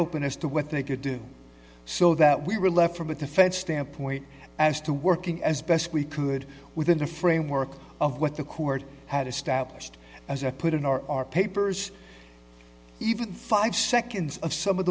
open as to what they could do so that we were left from a defense standpoint as to working as best we could within the framework of what the court had established as i put in our our papers even five seconds of some of